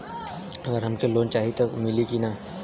अगर हमके लोन चाही त मिली की ना?